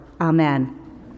Amen